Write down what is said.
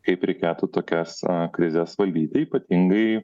kai prikeltų tokia esą krizės valdyti ypatingai